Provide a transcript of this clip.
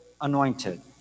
anointed